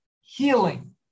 healing